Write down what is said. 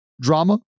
drama